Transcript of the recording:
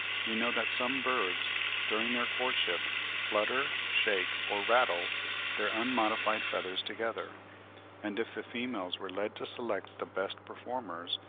we know that some birds during their courtship flutter, shake, or rattle their unmodified feathers together and if the females were led to select the best performers,